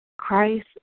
Christ